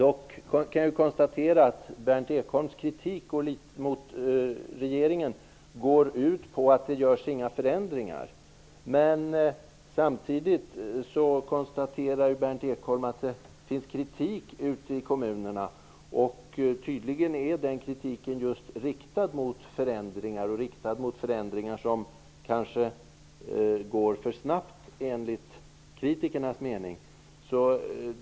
Jag kan konstatera att Berndt Ekholms kritik mot regeringen går ut på att inga förändringar görs. Men samtidigt konstaterar Berndt Ekholm att det finns kritik ute i kommunerna. Tydligen är den kritiken riktad just mot förändringar, som kanske går för snabbt enligt kritikernas mening.